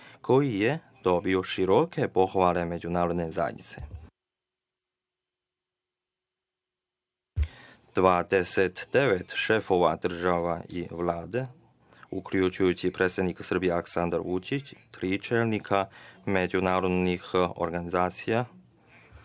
koji je dobio široke pohvale međunarodne zajednice. Dvadeset šefova država i vlada, uključujući i predsednika Srbije Aleksandra Vučića, tri čelnika međunarodnih organizacija